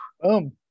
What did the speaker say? Boom